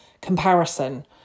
comparison